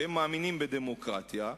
שהם מאמינים בדמוקרטיה,